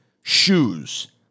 shoes